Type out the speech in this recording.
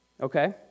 Okay